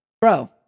Bro